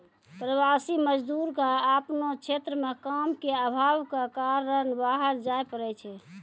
प्रवासी मजदूर क आपनो क्षेत्र म काम के आभाव कॅ कारन बाहर जाय पड़ै छै